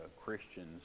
Christians